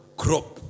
crop